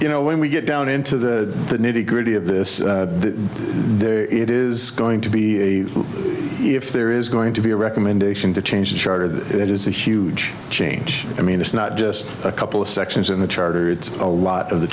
you know when we get down into the nitty gritty of this it is going to be if there is going to be a recommendation to change the charter that it is a huge change i mean it's not just a couple of sections in the charter it's a lot of the